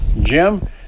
Jim